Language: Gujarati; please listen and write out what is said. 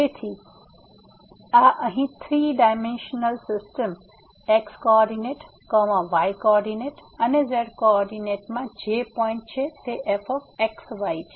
તેથી આ અહીં 3 dimensional system x coordinate comma y coordinate અને z કોઓર્ડિનેટ માં જે પોઈન્ટ છે તે fxy છે